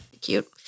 Cute